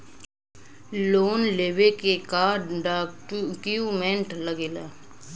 Loan लेवे के का डॉक्यूमेंट लागेला?